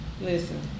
Listen